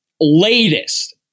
latest